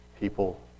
People